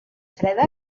freda